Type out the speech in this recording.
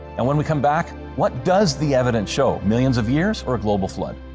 and when we come back, what does the evidence show? millions of years or global flood?